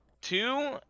two